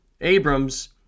Abrams